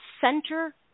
center